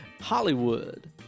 Hollywood